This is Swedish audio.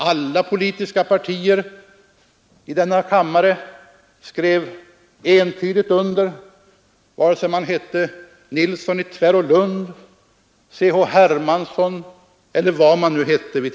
Alla politiska partier i denna kammare skrev entydigt under, företrädda av ledamöter som herr Nilsson i Tvärålund, herr C.-H.